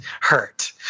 hurt